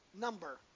number